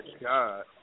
God